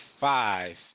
five